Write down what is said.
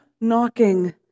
knocking